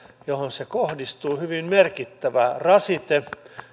johon se kohdistuu hyvin merkittävä rasite